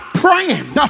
praying